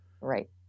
Right